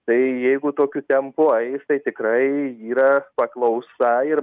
tai jeigu tokiu tempu eis tai tikrai yra paklausa ir